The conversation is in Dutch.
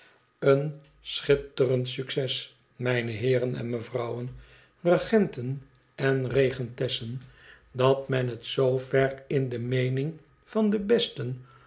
en schitterend succes mijne heeren en mevrouwen regenten en regentessen dat men het z ver in de meening van de besten